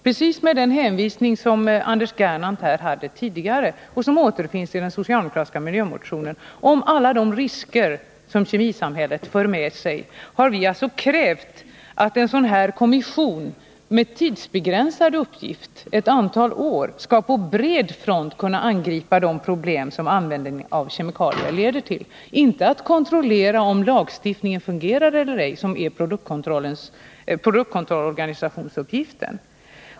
Precis med den hänvisning som Anders Gernandt gjorde här tidigare och som återfinns i den socialdemokratiska miljömotionen om alla de risker som kemisamhället för med sig har vi alltså krävt att en sådan här kommission med tidsbegränsad uppgift — ett antal år — på bred front skall kunna angripa de problem som användningen av kemikalier leder till — inte att kontrollera om lagstiftningen fungerar eller ej, som är produktkontrollorganisationsuppgiften.